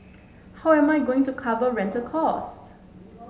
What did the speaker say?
how am I going to cover rental costs